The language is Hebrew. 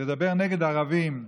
לדבר נגד ערבים,